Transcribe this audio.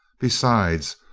besides,